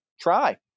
try